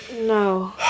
No